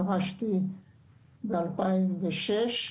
פרשתי ב-2006,